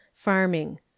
Farming